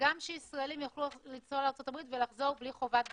וגם שישראלים יוכלו לנסוע לארצות-הברית ולחזור ללא חובת בידוד?